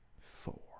four